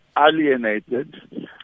alienated